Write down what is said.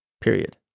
period